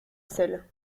sel